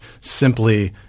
simply